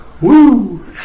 woo